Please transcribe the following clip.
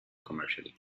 commercially